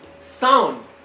sound